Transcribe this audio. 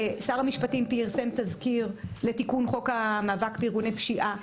שר המשפטים פרסם תזכיר לתיקון חוק המאבק בארגוני פשיעה,